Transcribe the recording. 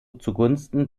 zugunsten